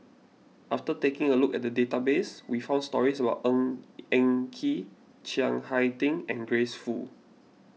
after taking a look at the database we found stories about Ng Eng Kee Chiang Hai Ding and Grace Fu